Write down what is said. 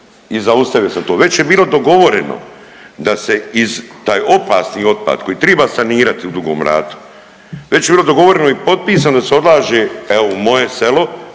i zaustavio sam to, već je bilo dogovoreno da se iz taj opasni otpad koji triba sanirati u Dugom Ratu već je bilo dogovoreno i popisano da se odlaže evo u moje selo